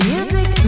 Music